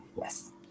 Yes